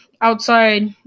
Outside